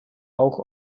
auch